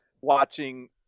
watching